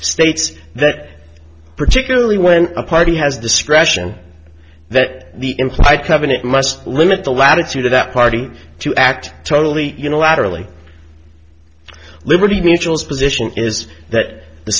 states that particularly when a party has discretion that the implied covenant must limit the latitude of that party to act totally unilaterally liberty mutual's position is that the